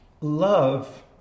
love